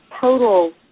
total